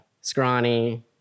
scrawny